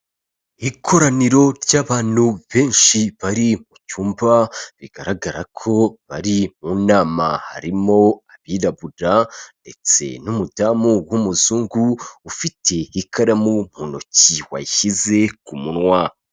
Ikoraniro ry'abantu benshi bari ku cyumba bigaragara ko bari mu nama, harimo abirabura ndetse n'umudamu w'umuzungu ufite ikaramu mu ntoki wayishyize ku munwa.